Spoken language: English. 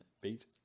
beat